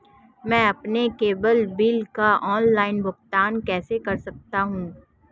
मैं अपने cable bill का ऑनलाइन भुगतान कैसे कर सकता हूं?